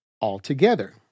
altogether